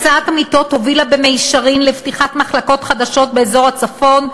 הקצאת המיטות הובילה במישרין לפתיחת מחלקות חדשות באזור הצפון,